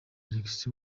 alex